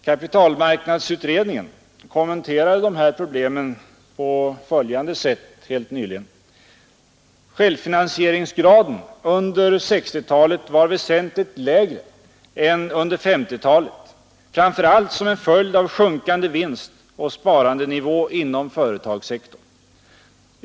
Kapitalmarknadsutredningen kommenterade helt nyligen de här problemen på följande sätt: ”Självfinansieringsgraden under 60-talet var väsentligt lägre än under 50-talet framför allt som en följd av sjunkande vinstoch sparandenivå inom företagssektorn.